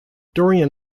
dorian